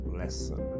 lesson